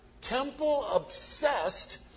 temple-obsessed